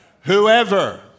Whoever